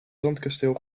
zandkasteel